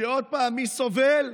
כשעוד פעם, מי סובל?